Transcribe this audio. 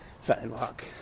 sidewalk